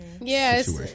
yes